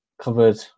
covered